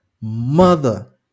mother